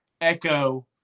echo